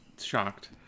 shocked